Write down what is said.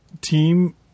team